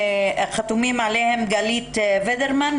שחתומות על ידי גלית וידרמן,